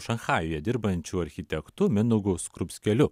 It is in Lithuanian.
šanchajuje dirbančiu architektu mindaugu skrupskeliu